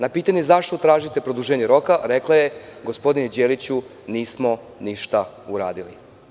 Na pitanje zašto tražite produženje roka, rekla je – gospodine Đeliću, nismo ništa uradili.